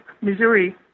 Missouri